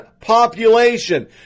population